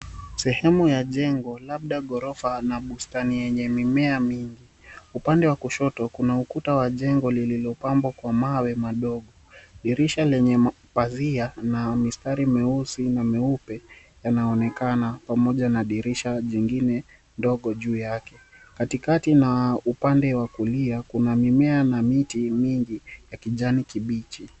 Sehemu ya jengo, labda ghorofa, na bustani yenye mimea mingi. Upande wa kushoto kuna ukuta wa jengo lililopambwa kwa mawe madogo, dirisha lenye mapazia na mistari meusi na meupe yanaonekana, pamoja na dirisha jingine dogo juu yake. Katikati na upande wa kulia kuna mimea na miti mingi ya kijani kibichi.